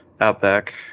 Outback